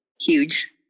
Huge